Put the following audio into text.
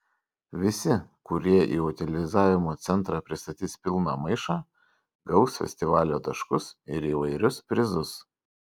visi kurie į utilizavimo centrą pristatys pilną maišą gaus festivalio taškus ir įvairius prizus